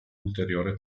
ulteriore